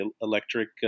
electric